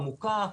עמוקה,